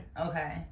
Okay